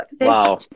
wow